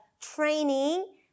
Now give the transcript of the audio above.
training